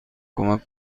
کمک